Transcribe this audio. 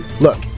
Look